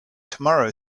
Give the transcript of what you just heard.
tomorrow